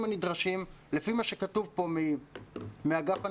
הנדרשים לפי מה שכתוב פה מאגף הנכסים,